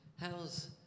How's